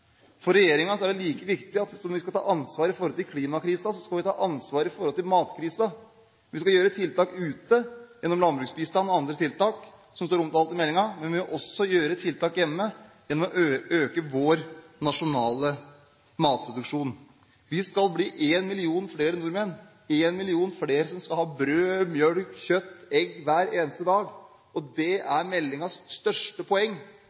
For regjeringen er det like viktig at som vi skal ta ansvar i klimakrisen, så skal vi ta ansvar i matkrisen. Vi skal gjøre tiltak ute, gjennom landbruksbistand og andre tiltak som står omtalt i meldingen, men vi må også gjøre tiltak hjemme gjennom å øke vår nasjonale matproduksjon. Vi skal bli en million flere nordmenn – en million flere som skal ha brød, melk, kjøtt og egg hver eneste dag. Det er meldingens største poeng,